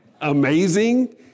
amazing